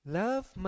love